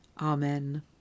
Amen